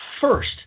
first